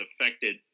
affected